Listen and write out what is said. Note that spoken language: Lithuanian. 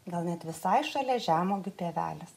gal net visai šalia žemuogių pievelės